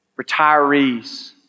retirees